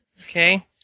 Okay